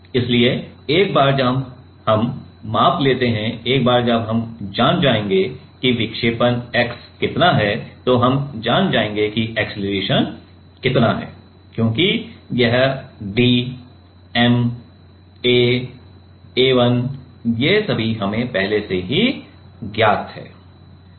इसलिए एक बार जब हम माप लेते हैं एक बार जब हम जान जाएगे कि विक्षेपण x कितना है तो हम जान जाएगे कि अक्सेलरेशन कितना है क्योंकि यह d m A A1 ये सभी हमें पहले से ही ज्ञात हैं